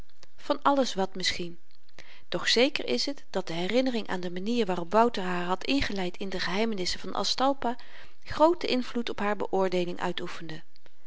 van alles wat misschien doch zeker is t dat de herinnering aan de manier waarop wouter haar had ingeleid in de geheimenissen van aztalpa grooten invloed op haar beoordeeling uitoefende